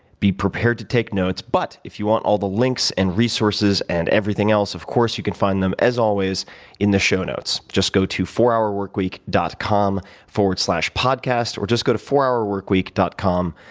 be prepared to take notes. but if you want all the links and resources and everything else, of course you can find them as always in the show notes. just go to four hourworkweek dot com slash podcast, or just go to four hourworkweek dot com,